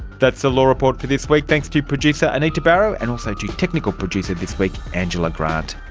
that's the law report for this week. thanks to producer anita barraud, and also to technical producer this week angela grant.